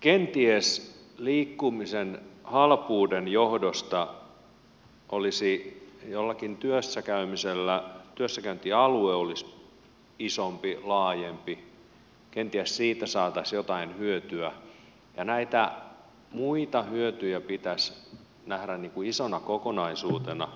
kenties liikkumisen halpuuden johdosta työssäkäyntialue olisi isompi laajempi kenties siitä saataisiin jotain hyötyä ja näitä muita hyötyjä pitäisi nähdä isona kokonaisuutena